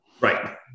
Right